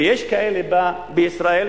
ויש כאלה בישראל,